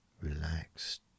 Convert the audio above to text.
relaxed